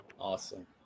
Awesome